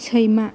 सैमा